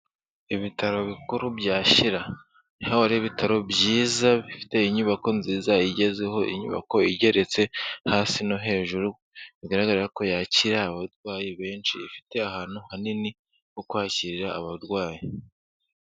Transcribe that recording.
Ibitaro bikuru bya Shira, aho hari ibitaro byiza bifite inyubako nziza igezeho, inyubako igeretse hasi no hejuru, bigaragara ko yakira abarwayi benshi, ifite ahantu hanini ho kwakirira abarwayi.